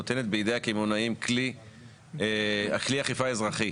נותנת בידי הקמעונאים כלי אכיפה אזרחי,